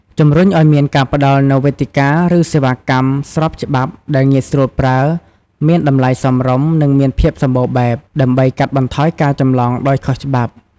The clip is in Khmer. ជំរុញឱ្យមានការផ្តល់នូវវេទិកា ឬសេវាកម្មស្របច្បាប់ដែលងាយស្រួលប្រើ មានតម្លៃសមរម្យ និងមានភាពសម្បូរបែប ដើម្បីកាត់បន្ថយការចម្លងដោយខុសច្បាប់។